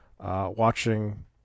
Watching